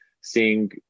seeing